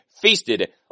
feasted